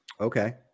Okay